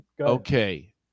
okay